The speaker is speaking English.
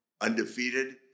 undefeated